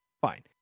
Fine